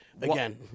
Again